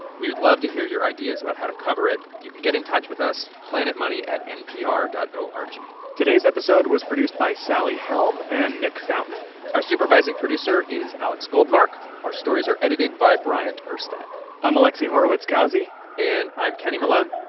we would love to hear your ideas about how to cover it. you can get in touch with us planetmoney at npr dot o r g today's episode was produced by sally helm and nick fountain our supervising producer is alex goldmark. our stories are edited by bryant urstadt i'm alexi horowitz-ghazi and i'm kenny malone.